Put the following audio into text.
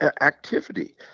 activity